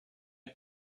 get